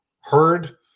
heard